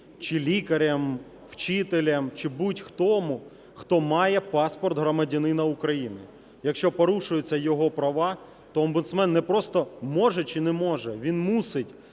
чи лікарем, вчителем чи будь-хто, хто має паспорт громадянина України. Якщо порушуються його права, то омбудсмен не просто може чи не може, він мусить